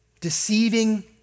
Deceiving